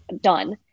done